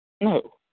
No